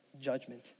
judgment